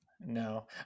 No